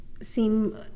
seem